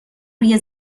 روی